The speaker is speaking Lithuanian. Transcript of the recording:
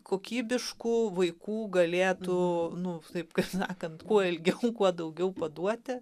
kokybiškų vaikų galėtų nu taip kaip sakant kuo ilgiau kuo daugiau paduoti